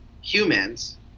humans